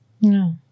No